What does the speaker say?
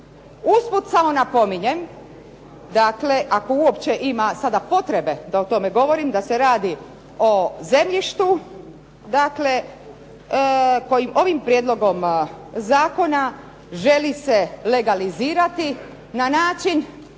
Usput samo napominjem, dakle ako uopće ima sada potrebe da o tome govorim, da se radi o zemljištu dakle koje ovim prijedlogom zakona želi se legalizirati na način